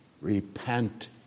Repent